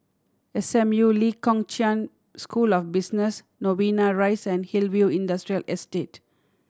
S M U Lee Kong Chian School of Business Novena Rise and Hillview Industrial Estate